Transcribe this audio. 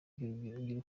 iby’urukundo